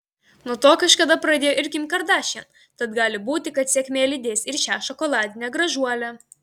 nuo to kažkada pradėjo ir kim kardashian tad gali būti kad sėkmė lydės ir šią šokoladinę gražuolę